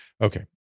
Okay